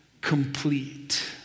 complete